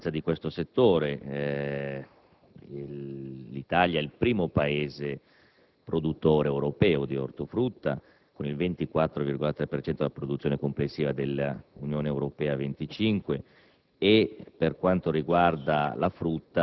Vorrei sottolineare anche io l'importanza di questo settore: l'Italia è il primo Paese produttore europeo di ortofrutta, con il 24,3 per cento della produzione complessiva dell'Unione Europea a 25